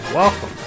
Welcome